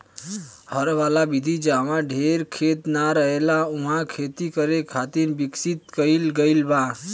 हर वाला विधि जाहवा ढेर खेत ना रहेला उहा खेती करे खातिर विकसित कईल गईल बा